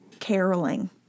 caroling